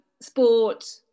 sport